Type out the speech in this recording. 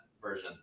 version